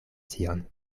tion